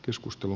joskus tuo